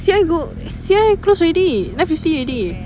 C_I go C_I close already nine fifty already